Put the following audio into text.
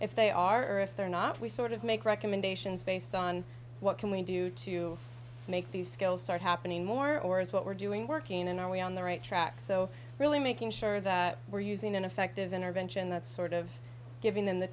if they are if they're not we sort of make recommendations based on what can we do to make these skills start happening more or is what we're doing working and are we on the right track so really making sure that we're using an effective intervention that's sort of giving them the